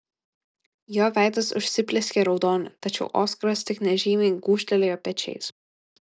jo veidas užsiplieskė raudoniu tačiau oskaras tik nežymiai gūžtelėjo pečiais